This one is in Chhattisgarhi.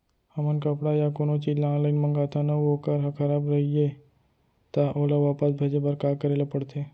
हमन कपड़ा या कोनो चीज ल ऑनलाइन मँगाथन अऊ वोकर ह खराब रहिये ता ओला वापस भेजे बर का करे ल पढ़थे?